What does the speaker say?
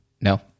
No